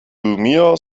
mir